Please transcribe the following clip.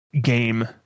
game